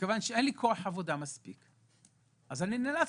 ומכיוון שאין לי מספיק כוח אדם אני נאלץ